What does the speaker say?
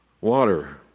water